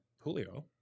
Julio